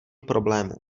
problémů